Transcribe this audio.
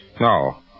No